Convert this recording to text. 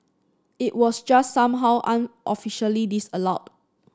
it was just somehow unofficially disallowed